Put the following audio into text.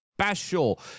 special